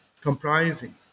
comprising